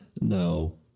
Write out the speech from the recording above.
No